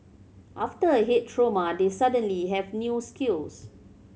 after a head trauma they suddenly have new skills